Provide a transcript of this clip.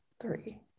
three